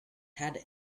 had